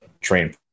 train